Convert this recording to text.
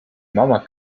mama